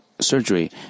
surgery